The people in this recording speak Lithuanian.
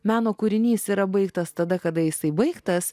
meno kūrinys yra baigtas tada kada jisai baigtas